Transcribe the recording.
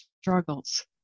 struggles